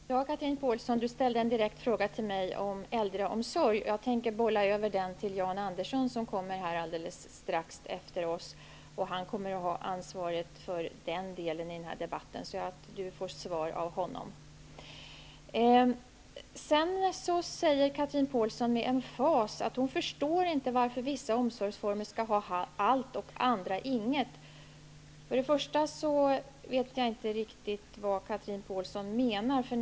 Fru talman! Chatrine Pålsson ställde en direkt fråga till mig om äldreomsorg, och jag tänker bolla över frågan till Jan Andersson, som kommer att tala alldeles strax och som har ansvaret för den delen av debatten. Chatrine Pålsson kommer att få svar på frågan av honom. Chatrine Pålsson säger med emfas att hon inte förstår varför vissa omsorgsformer skall ha allt och andra inget. Jag vet inte riktigt vad Chatrine Pålsson menar med det.